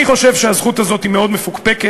אני חושב שהזכות הזאת היא מאוד מפוקפקת,